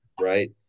right